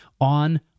on